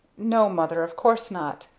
no, mother, of course not.